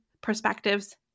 perspectives